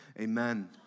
amen